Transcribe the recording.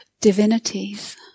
divinities